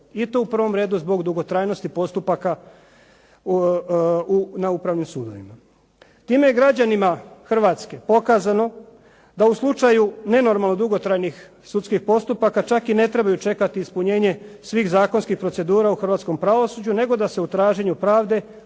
i to u prvom redu zbog dugotrajnosti postupaka na upravnim sudovima. Time je građanima Hrvatske pokazano da u slučaju nenormalno dugotrajnih sudskih postupaka čak i ne trebaju čekati ispunjenje svih zakonskih procedura u hrvatskom pravosuđu, nego da se u traženju pravde